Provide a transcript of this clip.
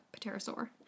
pterosaur